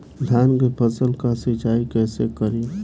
धान के फसल का सिंचाई कैसे करे?